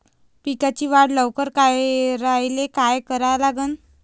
पिकाची वाढ लवकर करायले काय करा लागन?